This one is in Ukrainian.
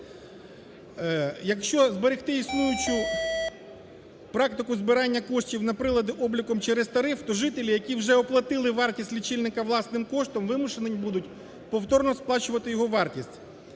Якщо зберегти існуючу практику збирання коштів на прилади обліку через тариф, то жителі, які вже оплатили вартість лічильника власним коштом, вимушені будуть повторно сплачувати його вартість.